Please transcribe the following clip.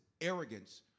arrogance